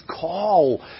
call